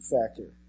factor